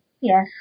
Yes